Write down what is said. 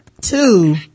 Two